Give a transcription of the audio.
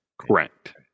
Correct